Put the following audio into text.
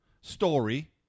Story